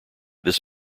this